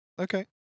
okay